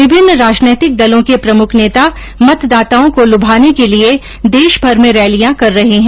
विभिन्न राजनीतिक दलों के प्रमुख नेता मतदाताओं को लुभाने के लिए देशभर में रैलियां कर रहे हैं